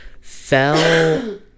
fell